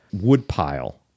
woodpile